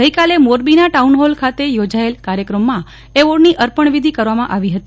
ગઈકાલે મોરબીના ટાઉનહોલ ખાતે યોજાયેલ કાર્યક્રમમાં એવોર્ડની અર્પણવિધી કરવામાં આવી હતી